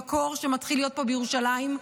בקור שמתחיל להיות פה בירושלים,